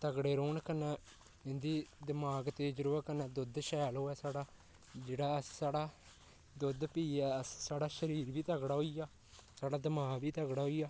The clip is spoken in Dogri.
तगड़े रौह्न कन्नै इं'दी दिमाग तेज रोहे कन्नै दोद्ध शैल होऐ साढ़ा जेह्ड़ा साढ़ा दोद्ध पियै अस साढ़ा शरीर बी तगड़ा होइया साढ़ा दमाग बी तगड़ा होइया